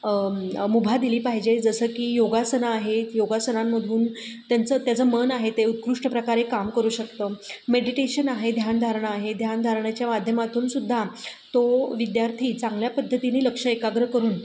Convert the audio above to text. मुभा दिली पाहिजे जसं की योगासनं आहे योगासनांमधून त्यांचं त्याचं मन आहे ते उत्कृष्ट प्रकारे काम करू शकतं मेडिटेशन आहे ध्यानधारणा आहे ध्यानधारणाच्या माध्यमातूनसुद्धा तो विद्यार्थी चांगल्या पद्धतीने लक्ष एकाग्र करून